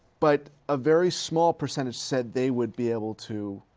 but a very small percentage said they would be able to,